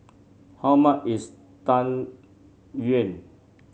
how much is Tang Yuen